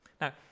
Now